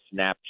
snapchat